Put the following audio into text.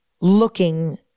looking